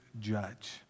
judge